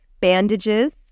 bandages